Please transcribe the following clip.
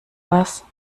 was